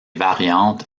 variantes